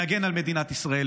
להגן על מדינת ישראל.